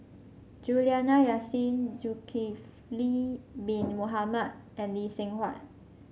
Juliana Yasin Zulkifli Bin Mohamed and Lee Seng Huat